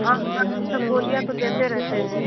हाँ हाँ सब गोलियाँ तो लेते रहते हैं